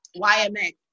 YMX